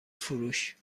فروش